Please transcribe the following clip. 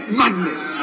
madness